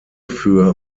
für